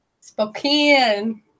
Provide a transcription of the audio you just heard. Spokane